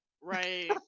Right